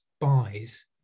buys